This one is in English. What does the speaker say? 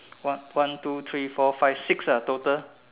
what one two three four five six ah total